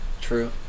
True